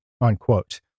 unquote